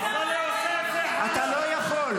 אבל היא עושה את זה --- אתה לא יכול.